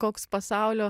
koks pasaulio